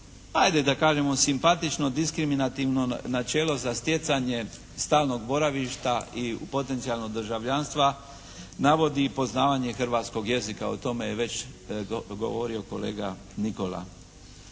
ajde da kažemo simpatično diskriminativno načelo za stjecanje stalnog boravišta i potencijalno državljanstva navodi i poznavanje hrvatskog jezika. O tome je već govorio kolega Nikola.